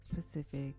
specific